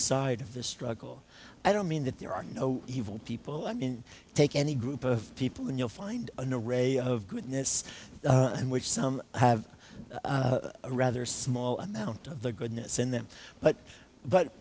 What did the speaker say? side of the struggle i don't mean that there are no evil people i mean take any group of people and you'll find a new rate of goodness in which some have a rather small amount of the goodness in them but but